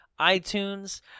iTunes